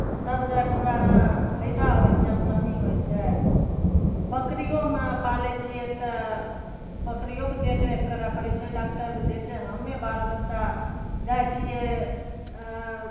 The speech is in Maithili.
तब जाके हमरा आओर फायदा होइ छै आमदनी होइ छै बकरिओमे पालै छिए तऽ बकरिओके देखरेख करै पड़ै छै डॉकटरके जइसे हमे बाल बच्चा जाइ छिए